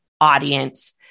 audience